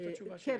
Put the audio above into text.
זו התשובה שלי.